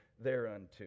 thereunto